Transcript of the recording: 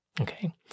okay